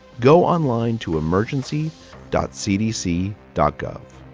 go online to emergency dot cdc dot gov.